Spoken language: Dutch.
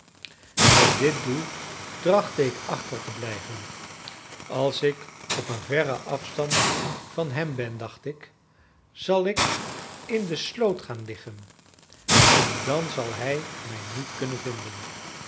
met dit doel trachtte ik achter te blijven als ik op een verren afstand van hem ben dacht ik zal ik in de sloot gaan liggen en dan zal hij mij niet kunnen vinden